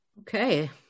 Okay